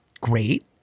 great